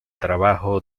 trabajo